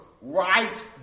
right